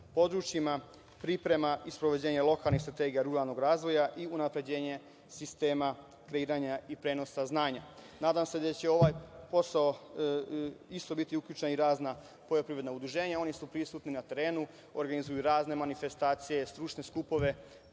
područjima, priprema i sprovođenje lokalnih strategija ruralnog razvoja i unapređenje sistema kreiranja i prenosa znanja. Nadam se da će u ovaj posao isto biti uključena i razna poljoprivredna udruženja. Oni su prisutni na terenu, organizuju razne manifestacije, stručne skupove,